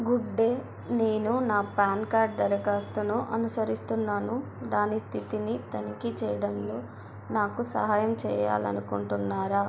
good day నేను నా PAN card దరఖాస్తును అనుసరిస్తున్నాను దాని స్థితిని తనిఖీ చేయడంలో నాకు సహాయం చేయాలి అనుకుంటున్నారా